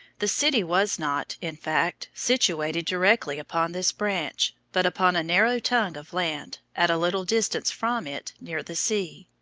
the city was not, in fact, situated directly upon this branch, but upon a narrow tongue of land, at a little distance from it, near the sea.